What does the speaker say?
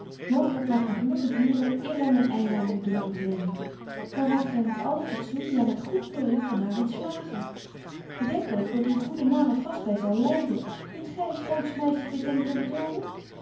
mooglyk maakt een gelukkig huwlyk eerlang een einde aan uw betje wolff en aagje deken historie van mejuffrouw sara burgerhart droevig leven dan raakt gy met alle fatsoen ja met goedkeuring van haar ontslagen bedenk ook dat uw goede naam er vast by zal lyden kunt gy grootsch meisje dit denkbeeld dulden